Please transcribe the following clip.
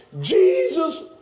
Jesus